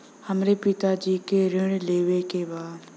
हमरे पिता जी के ऋण लेवे के बा?